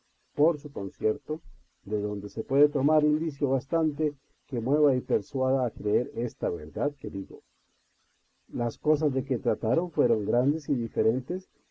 por su concierto de donde se puede tomar indicio bastante que mueva y persuada a creer esta verdad que digo las cosas de que trataron fueron grandes y diferentes